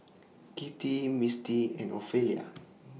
Kitty Mistie and Ophelia